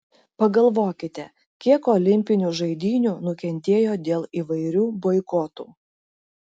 pagalvokite kiek olimpinių žaidynių nukentėjo dėl įvairių boikotų